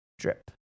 drip